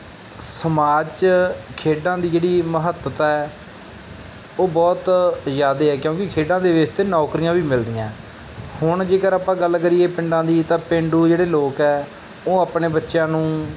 ਸਮਾਜ 'ਚ ਖੇਡਾਂ ਦੀ ਜਿਹੜੀ ਮਹੱਤਤਾ ਹੈ ਉਹ ਬਹੁਤ ਜ਼ਿਆਦੇ ਆ ਕਿਉਂਕਿ ਖੇਡਾਂ ਦੇ ਬੇਸ 'ਤੇ ਨੌਕਰੀਆਂ ਵੀ ਮਿਲਦੀਆਂ ਹੈ ਹੁਣ ਜੇਕਰ ਆਪਾਂ ਗੱਲ ਕਰੀਏ ਪਿੰਡਾਂ ਦੀ ਤਾਂ ਪੇਂਡੂ ਜਿਹੜੇ ਲੋਕ ਹੈ ਉਹ ਆਪਣੇ ਬੱਚਿਆਂ ਨੂੰ